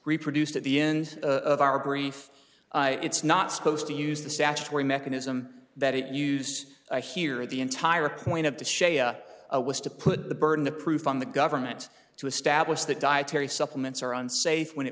reproduced at the end of our brief it's not supposed to use the statutory mechanism that it use to hear the entire point of the shia was to put the burden of proof on the government to establish that dietary supplements are unsafe when it